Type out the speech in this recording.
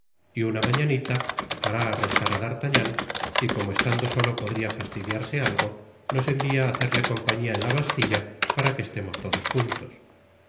y una mañanita hará arrestar á d'artagnan y como estando solo podria fastidiarse algo nos envia á hacerle compañia en la bastilla para que estemos todos juntos